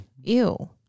ew